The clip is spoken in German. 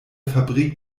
fabrik